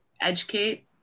Educate